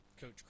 Coach